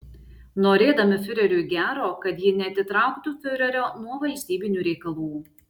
norėdami fiureriui gero kad ji neatitrauktų fiurerio nuo valstybinių reikalų